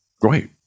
Great